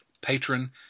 patron